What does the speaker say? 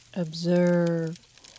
Observe